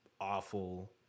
awful